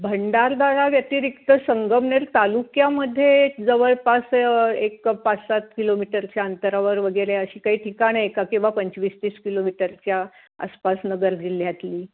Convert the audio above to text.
भंडारदराव्यतिरिक्त संगमनेर तालुक्यामध्ये जवळपास एक पाचसात किलोमीटरच्या अंतरावर वगैरे अशी काही ठिकाणं आहे का किंवा पंचवीसतीस किलोमीटरच्या आसपास नगर जिल्ह्यातली